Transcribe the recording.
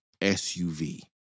SUV